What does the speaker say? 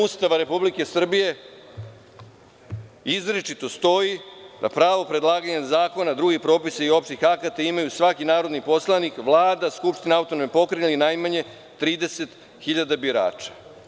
Ustava Republike Srbije izričito stoji da pravo predlaganja zakona, drugih propisa i opštih akata imaju svaki narodni poslanik, Vlada, Skupština Autonomne pokrajine i najmanje 30 hiljada birača.